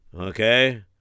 Okay